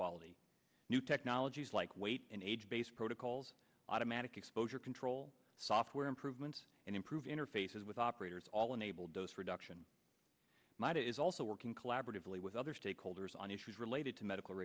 quality new technologies like weight and age based protocols automatic exposure control software improvements and improved interfaces with operators all enabled those production might is also working collaboratively with other stakeholders on issues related to medical